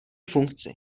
funkci